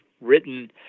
written